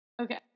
Okay